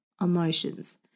emotions